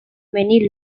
many